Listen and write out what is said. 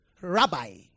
Rabbi